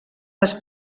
les